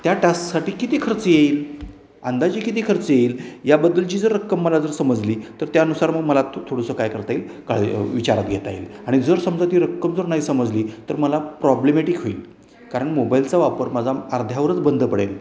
त्या टास्कसाठी किती खर्च येईल अंदाजे किती खर्च येईल याबद्दलची जर रक्कम मला जर समजली तर त्यानुसार मग मला थोडंसं काय करता येईल का विचार घेता येईल आणि जर समजा ती रक्कम जर नाही समजली तर मला प्रॉब्लेमॅटिक होईल कारण मोबाईलचा वापर माझा अर्ध्यावरच बंद पडेल